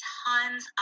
tons